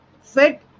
Fit